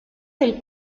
del